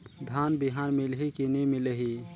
धान बिहान मिलही की नी मिलही?